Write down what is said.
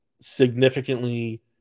significantly